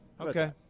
Okay